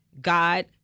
God